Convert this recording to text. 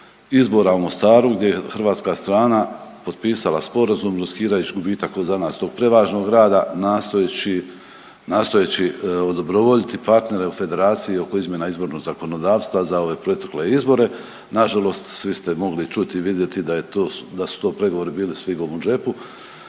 izbora u Mostaru gdje je Hrvatska strana potpisala sporazum riskirajući gubitak za nas tog prevažnog grada nastojeći, nastojeći odobrovoljiti partnere u federaciji oko izmjena izbornog zakonodavstva za ove protekle izbore. Nažalost svi ste mogli čuti i vidjeti da je, da su to pregovori bili s figom u džepu.